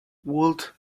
would